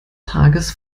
tages